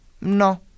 No